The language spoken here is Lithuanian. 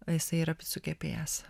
jisai yra picų kepėjas